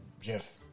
Jeff